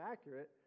accurate